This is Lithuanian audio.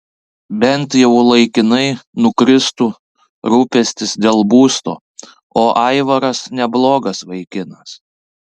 bent jau laikinai nukristų rūpestis dėl būsto o aivaras neblogas vaikinas